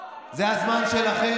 לא, אני אומר, זה הזמן שלכם.